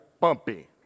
Bumpy